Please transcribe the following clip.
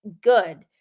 good